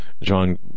John